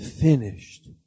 finished